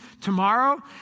tomorrow